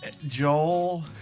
Joel